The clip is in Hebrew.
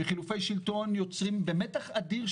ואלה יוצרים מתח אדיר,